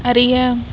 அறிய